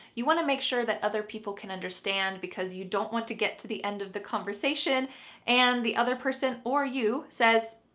you want to make sure that other people can understand because you don't want to get to the end of the conversation and the other person, or you says,